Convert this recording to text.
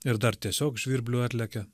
ir dar tiesiog žvirblių atlekia